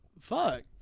fuck